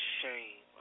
shame